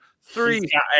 Three